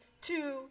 two